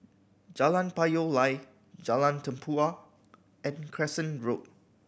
Jalan Payoh Lai Jalan Tempua and Crescent Road